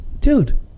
dude